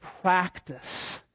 practice